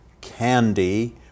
Candy